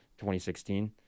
2016